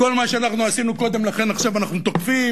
כל מה שאנחנו עשינו קודם לכן עכשיו אנחנו תוקפים,